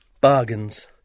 Bargains